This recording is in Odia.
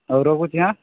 ହଉ ରଖୁଛି ହାଁ